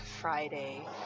Friday